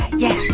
yeah,